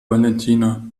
valentina